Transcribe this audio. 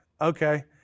okay